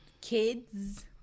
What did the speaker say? kids